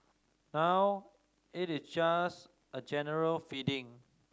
now it's just a general feeling